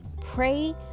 pray